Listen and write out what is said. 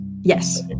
yes